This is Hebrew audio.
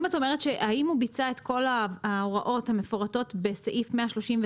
הוא ביצע את כל ההוראות המפורטות בסעיף 139,